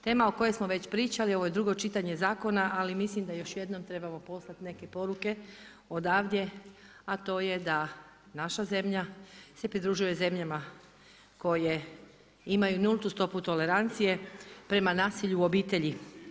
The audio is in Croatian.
Tema o kojoj smo već pričali, ovo je drugo čitanje zakona ali mislim da još jednom trebamo poslati neke poruke odavde, a to je da naša zemlja se pridružuje zemljama koje imaju nultu stopu tolerancije prema nasilju u obitelji.